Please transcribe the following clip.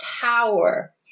power